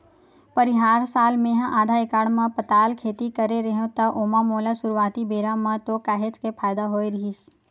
परिहार साल मेहा आधा एकड़ म पताल खेती करे रेहेव त ओमा मोला सुरुवाती बेरा म तो काहेच के फायदा होय रहिस